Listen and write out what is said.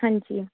ਹਾਂਜੀ